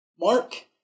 Mark